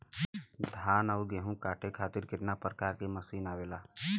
धान और गेहूँ कांटे खातीर कितना प्रकार के मशीन आवेला?